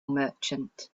merchant